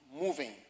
moving